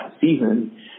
season